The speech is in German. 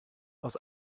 aus